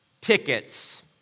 Tickets